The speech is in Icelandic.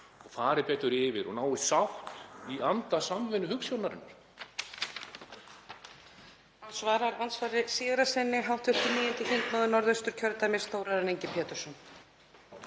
og fari betur yfir og nái sátt í anda samvinnuhugsjónarinnar.